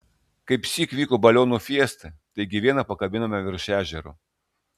kaipsyk vyko balionų fiesta taigi vieną pakabinome virš ežero